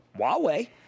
Huawei